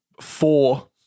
four